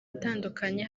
itandukanye